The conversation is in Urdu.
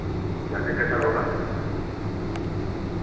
زیادہ بہتر ہوگا